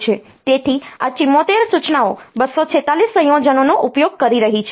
તેથી આ 74 સૂચનાઓ 246 સંયોજનોનો ઉપયોગ કરી રહી છે